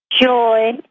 joy